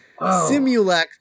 Simulac